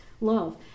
love